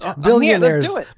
Billionaires